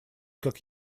как